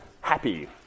happy